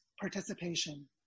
participation